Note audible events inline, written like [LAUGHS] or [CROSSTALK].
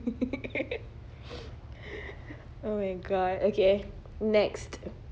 [LAUGHS] oh my god okay next